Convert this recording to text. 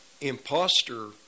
imposter